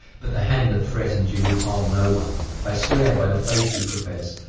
but the hand that threatened you will harm no one i swear by the faith you profess,